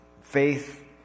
Faith